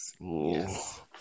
yes